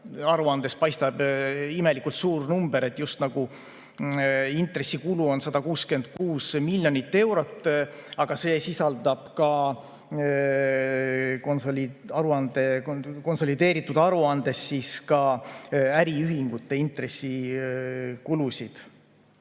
Aruandes paistab imelikult suur number, just nagu intressikulu on 166 miljonit eurot. Aga see sisaldab konsolideeritud aruandes ka äriühingute intressikulusid.